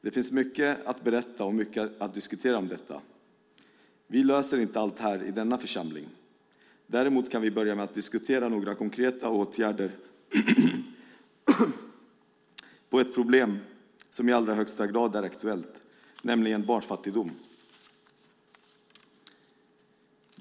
Det finns mycket att berätta och mycket att diskutera om detta. Vi löser inte allt i denna församling. Däremot kan vi börja med att diskutera några konkreta åtgärder på ett problem som i allra högsta grad är aktuellt, nämligen barnfattigdom.